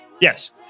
Yes